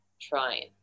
trying